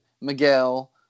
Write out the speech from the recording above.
Miguel